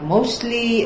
Mostly